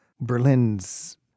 Berlin's